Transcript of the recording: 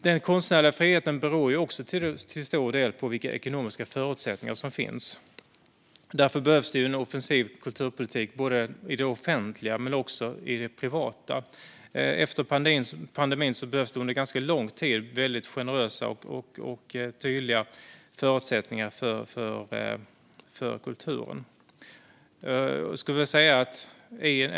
Den konstnärliga friheten beror också till stor del på vilka ekonomiska förutsättningar som finns. Därför behövs det en offensiv kulturpolitik både i det offentliga och i det privata. Efter pandemin behövs under ganska lång tid väldigt generösa och tydliga förutsättningar för kulturen.